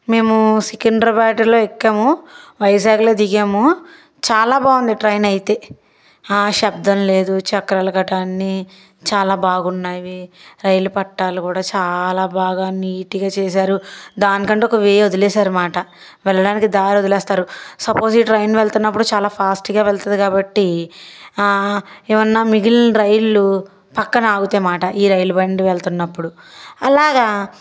మేము సికింద్రాబాద్లో ఎక్కాము వైజాగ్లో దిగాము చాలా బాగుంది ట్రైన్ అయితే శబ్దం లేదు చక్రాలు గట్ట అన్ని చాలా బాగున్నాయి రైలు పట్టాలు కూడా చాలా బాగా నీట్గా చేశారు దానికంటే ఒక వే వదిలేసారు మాట వెళ్ళడానికి దారి వదిలేస్తారు సపోజ్ ఈ ట్రైన్ వెళుతున్నప్పుడు చాలా ఫాస్ట్గా వెళ్తుంది కాబట్టి ఏమన్నా మిగిలిన రైళ్లు పక్కన ఆగుతే మాట ఈ రైలు బండి వెళ్తున్నప్పుడు అలాగా